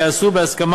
איפה בצלאל?